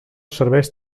serveix